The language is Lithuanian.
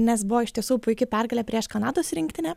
nes buvo iš tiesų puiki pergalė prieš kanados rinktinę